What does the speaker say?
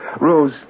Rose